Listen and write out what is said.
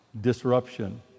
disruption